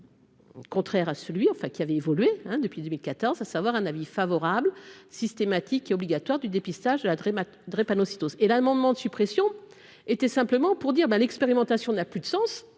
contraire à celui enfin qui avait évolué depuis 2014, à savoir un avis favorable systématique et obligatoire du dépistage de la Dream drépanocytose et l'amendement de suppression était simplement pour dire : ben l'expérimentation n'a plus de sens